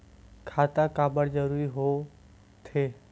खाता काबर जरूरी हो थे?